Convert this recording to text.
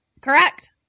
Correct